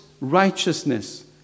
righteousness